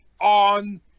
on